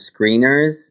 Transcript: screeners